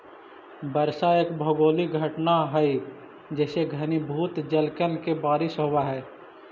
वर्षा एक भौगोलिक घटना हई जेसे घनीभूत जलकण के बारिश होवऽ हई